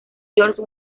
george